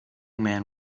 man